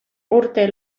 urte